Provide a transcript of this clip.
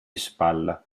spalla